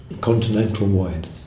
continental-wide